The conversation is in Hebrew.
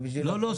לא, לא.